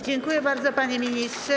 Dziękuję bardzo, panie ministrze.